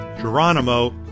Geronimo